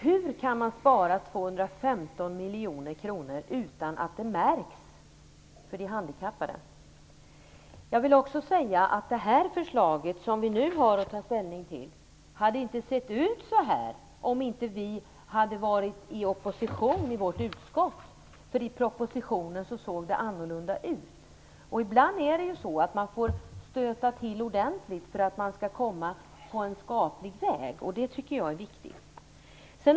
Hur kan man spara 215 miljoner kronor utan att det märks för de handikappade? Det förslag som vi nu har att ta ställning till skulle inte ha sett ut som det nu gör om vi inte hade varit i opposition i utskottet. I propositionen ser det ju annorlunda ut. Ibland får man stöta till ordentligt för att komma in på en skaplig väg. Detta tycker jag är viktigt.